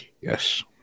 Yes